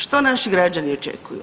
Što naši građani očekuju?